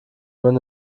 man